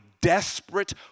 desperate